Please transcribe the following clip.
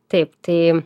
taip tai